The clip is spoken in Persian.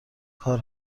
کار